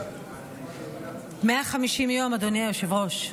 150 יום, אדוני היושב-ראש,